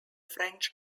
french